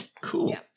Cool